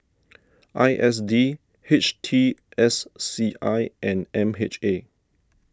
I S D H T S C I and M H A